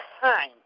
time